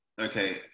okay